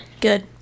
Good